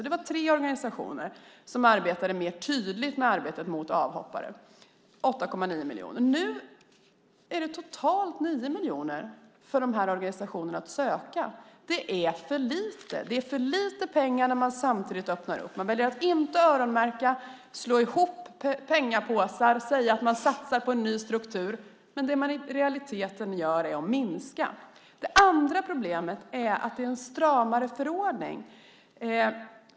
Det var tre organisationer som arbetade mer tydligt med arbetet med avhoppare. Nu finns totalt 9 miljoner för dessa organisationer att söka. Det är för lite. Det är för lite pengar att söka när man samtidigt väljer att öppna för alla. Man väljer att inte öronmärka. I stället slår man ihop pengapåsar och säger att man satsar på en ny struktur. Men i realiteten minskar man. Det andra problemet är att det är en stramare förordning.